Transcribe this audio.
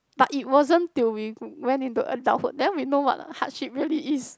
but it wasn't till we went into adulthood then we know what a hardship really is